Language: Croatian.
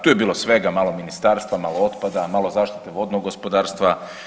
Tu je bilo svega malo ministarstva, malo otpada, malo zaštite vodnog gospodarstva.